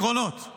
הכול זה עקרונות.